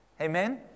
Amen